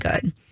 good